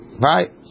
right